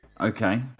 Okay